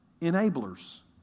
enablers